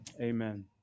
Amen